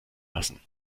lassen